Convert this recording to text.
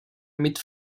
mit